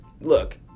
Look